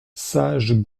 sage